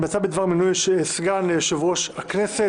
המלצה בדבר מינוי סגן ליושב-ראש הכנסת.